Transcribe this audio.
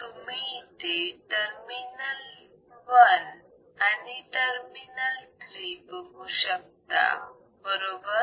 तुम्ही इथे टर्मिनल 1 आणि टर्मिनल 3 बघू शकता बरोबर